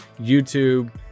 youtube